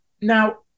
Now